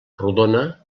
rodona